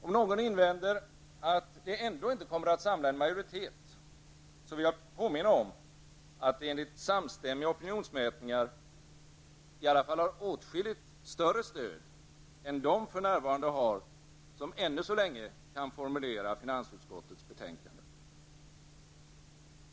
Om någon invänder att det ändå inte kommer att samla en majoritet, vill jag påminna om att det enligt samstämmiga opinionsmätningar i alla fall har åtskilligt större stöd än vad de för närvarande har som ännu så länge kan formulera finansutskottets betänkanden.